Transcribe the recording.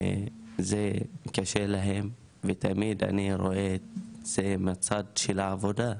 זה קשה להם ותמיד אני רואה את זה מהצד של העבודה,